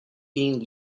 being